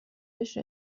بهش